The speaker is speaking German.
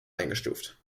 eingestuft